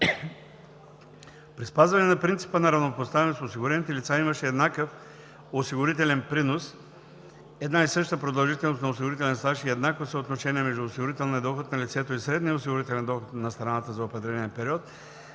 При спазване на принципа на равнопоставеност осигурените лица, имащи еднакъв осигурителен принос – една и съща продължителност на осигурителен стаж и еднакво съотношение между осигурителния доход на лицето и средния осигурителен доход на страната за определения период,